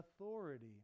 authority